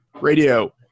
Radio